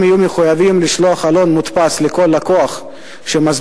הם יהיו מחויבים לשלוח עלון מודפס לכל לקוח שמסביר